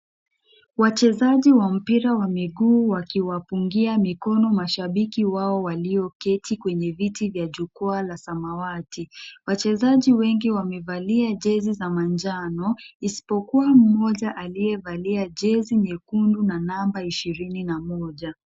Wachezaji wa mpira wa miguu wakiwapungia mikono mashabiki wao walioketi kwenye viti vya jukwaa la samawati. Wachezaji wengi wamevalia jezi za manjano isipokua mmoja aliyevalia jezi nyekundu na namba ishirini na moja.